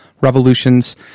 revolutions